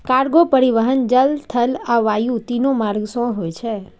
cargo परिवहन जल, थल आ वायु, तीनू मार्ग सं होय छै